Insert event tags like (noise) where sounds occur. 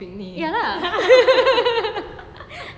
ya lah (laughs)